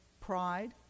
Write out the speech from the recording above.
Pride